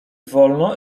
wolno